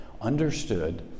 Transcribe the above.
understood